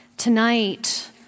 Tonight